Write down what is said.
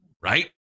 right